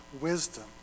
wisdom